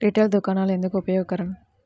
Retail దుకాణాలు ఎందుకు ఉపయోగకరం?